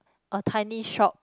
a tiny shop